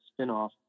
spinoff